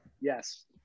Yes